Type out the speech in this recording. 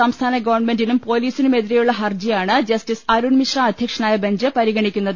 സംസ്ഥാന പൊലീസിനുമെതിരെയുള്ള ഹർജിയാണ് ജസ്റ്റിസ് അരുൺ മിശ്ര അധ്യക്ഷനായ ബഞ്ച് പരിഗണിക്കുന്നത്